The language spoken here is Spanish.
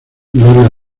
gloria